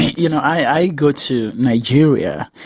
you know, i go to nigeria,